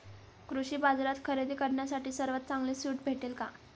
कृषी बाजारात खरेदी करण्यासाठी सर्वात चांगली सूट भेटेल का?